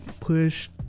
push